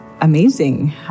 amazing